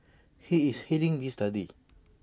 he is heading this study